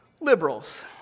liberals